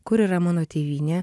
kur yra mano tėvynė